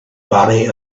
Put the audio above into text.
body